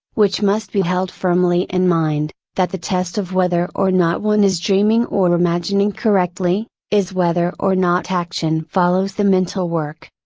which must be held firmly in mind, that the test of whether or not one is dreaming or imagining correctly, is whether or not action follows the mental work.